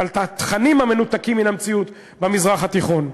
על התכנים המנותקים מן המציאות במזרח התיכון.